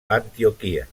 antioquia